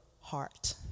heart